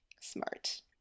Smart